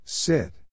Sit